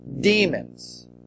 demons